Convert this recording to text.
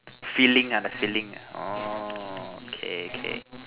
filling ah the filling ah orh K K